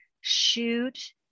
shoot